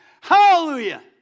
Hallelujah